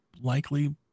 likely